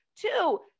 Two